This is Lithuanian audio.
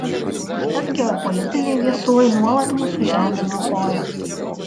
užtat geopolitiniai viesulai nuolat mūsų žemę niokojo